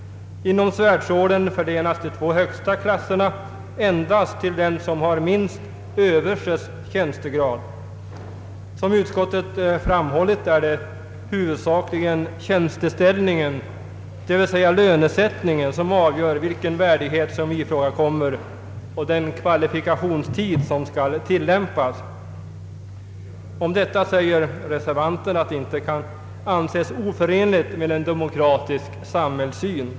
Inom Svärdsorden förlänas de två högsta klasserna endast till dem som har minst överstes tjänstegrad. Som <utskottet framhållit är det huvudsakligen tjänsteställningen, dvs. lönesättningen, som avgör vilken värdighet som ifrågakommer och vilken kvalifikationstid som skall tillämpas. Om detta säger reservanterna att det inte kan anses oförenligt med en demokratisk samhällssyn.